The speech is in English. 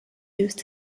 used